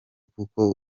kuko